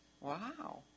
Wow